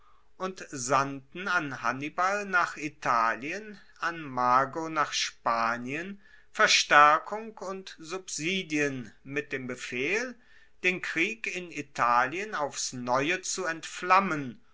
und sandten an hannibal nach italien an mago nach spanien verstaerkung und subsidien mit dem befehl den krieg in italien aufs neue zu entflammen